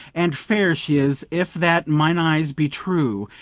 and fair she is, if that mine eyes be true,